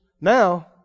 now